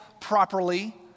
properly